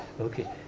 okay